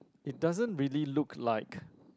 it doesn't really look like